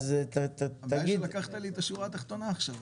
עכשיו,